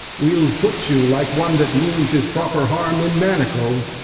we'll put you like one that means his proper harm in manacles,